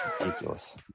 ridiculous